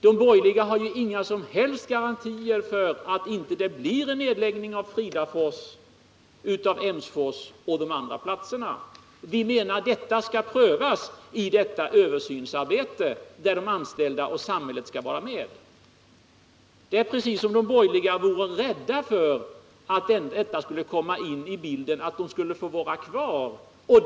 De borgerliga har ju inga som helst garantier för att det inte blir en nedläggning i Fridafors, i Emsfors och på de andra platserna. Vi menar att detta skall prövas i översynsarbetet, där de anställda och samhället skall vara med. Det är precis som om de borgerliga vore rädda för att det skulle komma ini bilden att dessa enheter skulle få vara kvar.